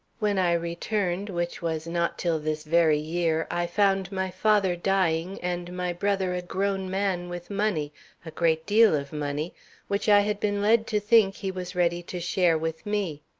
when i returned, which was not till this very year, i found my father dying, and my brother a grown man with money a great deal of money which i had been led to think he was ready to share with me.